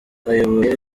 ayoboye